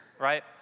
right